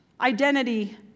identity